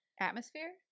Atmosphere